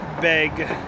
beg